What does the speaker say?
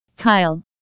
Kyle